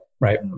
right